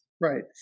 Right